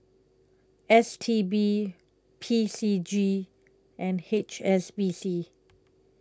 S T B P C G and H S B C